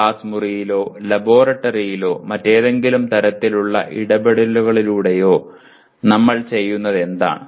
class മുറിയിലോ ലബോറട്ടറിയിലോ മറ്റേതെങ്കിലും തരത്തിലുള്ള ഇടപെടലുകളിലൂടെയോ ഞങ്ങൾ ചെയ്യുന്നത് എന്താണ്